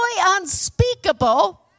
unspeakable